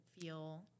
feel